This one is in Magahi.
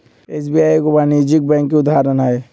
एस.बी.आई एगो वाणिज्यिक बैंक के उदाहरण हइ